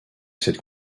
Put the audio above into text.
cette